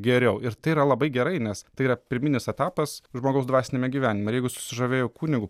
geriau ir tai yra labai gerai nes tai yra pirminis etapas žmogaus dvasiniame gyvenime ir jeigu jis susižavėjo kunigu